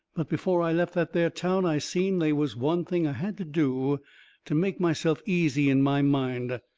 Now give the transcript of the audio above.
but before i left that there town i seen they was one thing i had to do to make myself easy in my mind.